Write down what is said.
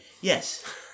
Yes